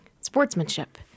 sportsmanship